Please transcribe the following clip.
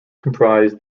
comprise